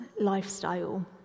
lifestyle